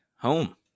Home